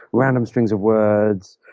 random strings of words,